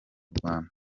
rwanda